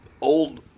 old